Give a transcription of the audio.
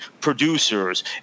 producers